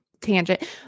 tangent